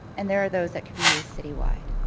and there are those that can be used city-wide.